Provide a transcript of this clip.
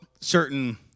certain